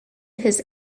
his